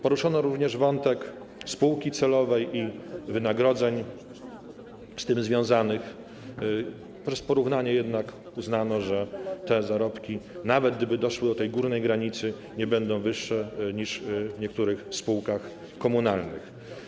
Poruszono również wątek spółki celowej i wynagrodzeń z tym związanych, poprzez porównanie uznano jednak, że te zarobki, nawet gdyby doszły do górnej granicy, nie będą wyższe niż w niektórych spółkach komunalnych.